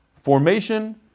formation